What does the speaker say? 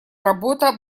работа